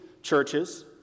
churches